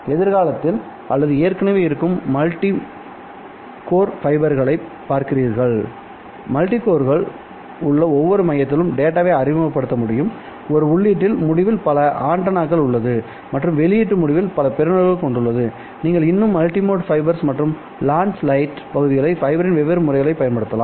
எதிர்காலத்தில் அல்லது ஏற்கனவே இருக்கும் மக்கள் மல்டி கோர் ஃபைபர்களைப் பார்க்கிறார்கள் மல்டிபிள் கோர்கள் உள்ள ஒவ்வொரு மையத்திலும் டேட்டாவை அறிமுகப்படுத்த முடியும் இது உள்ளீட்டில் முடிவில் பல ஆண்டெனாக்கள் உள்ளது மற்றும் வெளியீட்டு முடிவில் பல பெறுநர்களை கொண்டுள்ளது நீங்கள் இன்னும் மல்டி மோர் பைபர்ஸ் மற்றும் லான்ச் லைட் பகுதிகளை ஃபைபரின் வெவ்வேறு முறைகள் பயன்படுத்தலாம்